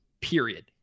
period